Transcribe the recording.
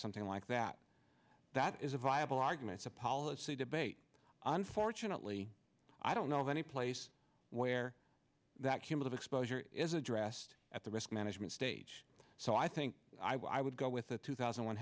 something like that that is a viable arguments a policy debate unfortunately i don't know of any place where that came of exposure is addressed at the risk management stage so i think i would go with a two thousand one